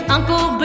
Uncle